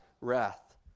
wrath